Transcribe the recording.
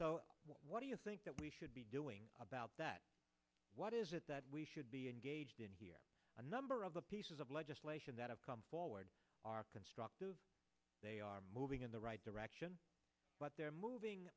what do you think that we should be doing about that what is it that we should be engaged in here a number of the pieces of legislation that have come forward are constructive they are moving in the right direction but they're moving